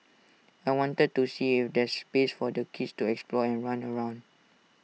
I wanted to see if there's space for the kids to explore and run around